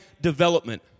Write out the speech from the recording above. development